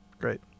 great